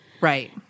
Right